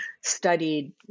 studied